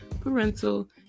parental